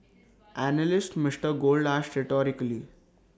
analyst Mister gold asked rhetorically